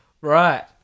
right